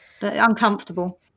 uncomfortable